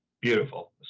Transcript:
beautiful